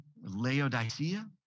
Laodicea